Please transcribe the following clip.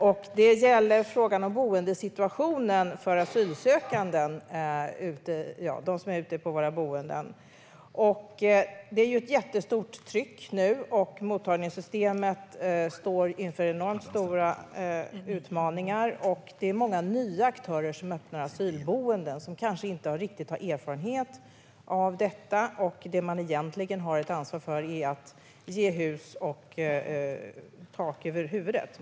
Herr talman! Jag har en fråga till vice statsminister Åsa Romson om boendesituationen för asylsökande. Det är ett jättehårt tryck nu. Mottagningssystemet står inför enormt stora utmaningar. Bland dem som öppnar asylboenden finns många nya aktörer som kanske inte riktigt har erfarenhet av detta. Det man egentligen har ansvar för är att ge tak över huvudet.